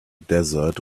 desert